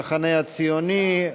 המחנה הציוני,